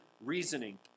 reasoning